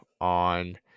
on